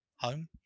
home